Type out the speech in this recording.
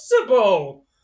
impossible